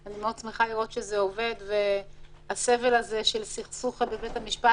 אני מאוד שמחה לראות שזה עובד והסבל הזה של סכסוך בבית המשפט